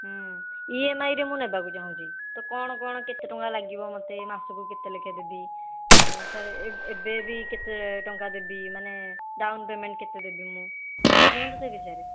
ଇଏମ୍ଆଇରେ ମୁଁ ନେବାକୁ ଚାହୁଁଚି ତ କ'ଣ କ'ଣ କେତେ ଟଙ୍କା ଲାଗିବ ମୋତେ ମାସକୁ କେତେ ଲେଖା ଦେବି ଏବେ ବି କେତେ ଟଙ୍କା ଦେବି ମାନେ ଡାଉନ୍ ପେମେଣ୍ଟ୍ କେତେ ଦେବି ମୁଁ ଟିକିଏ କୁହନ୍ତୁ ସେ ବିଷୟରେ